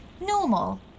Normal